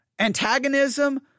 antagonism